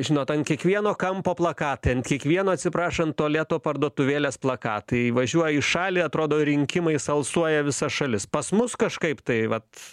žinot ant kiekvieno kampo plakatai ant kiekvieno atsiprašant tualeto parduotuvėlės plakatai įvažiuoji į šalį atrodo rinkimais alsuoja visa šalis pas mus kažkaip tai vat